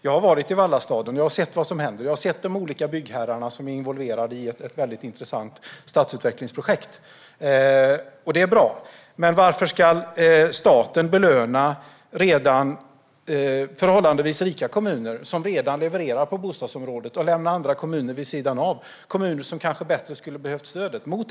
Jag har varit i Vallastaden. Jag har sett vad som händer. Jag har sett de olika byggherrarna som är involverade i ett väldigt intressant stadsutvecklingsprojekt. Det är bra. Men varför ska staten belöna förhållandevis rika kommuner som redan levererar på bostadsområdet och lämna andra kommuner vid sidan av. Det finns kommuner som kanske har större behov av stödet.